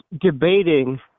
debating